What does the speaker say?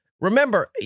Remember